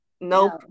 Nope